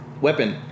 Weapon